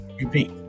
Repeat